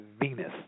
Venus